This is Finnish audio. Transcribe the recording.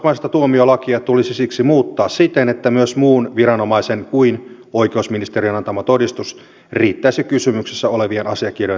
pohjoismaista tuomiolakia tulisi siksi muuttaa siten että myös muun viranomaisen kuin oikeusministeriön antama todistus riittäisi kysymyksessä olevien asiakirjojen täytäntöönpanokelpoisuuden todentamiseksi